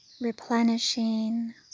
replenishing